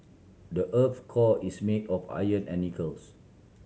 the earth's core is made of iron and nickels